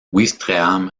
ouistreham